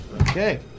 Okay